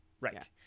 Right